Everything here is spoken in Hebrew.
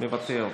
מוותר,